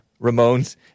Ramones